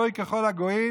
גוי ככל הגויים,